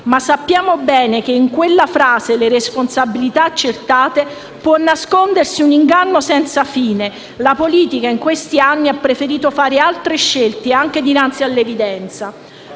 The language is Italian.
ma sappiamo bene che nella frase: «le responsabilità accertate» può nascondersi un inganno senza fine. In questi anni la politica ha preferito fare altre scelte anche dinanzi all'evidenza.